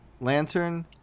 Lantern